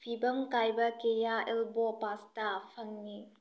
ꯐꯤꯕꯝ ꯀꯥꯏꯕ ꯀꯤꯌꯥ ꯑꯦꯜꯕꯣ ꯄꯥꯁꯇꯥ ꯐꯪꯏ